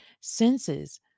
senses